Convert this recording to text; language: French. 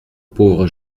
pauvre